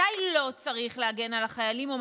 מתי לא צריך להגן על החיילים,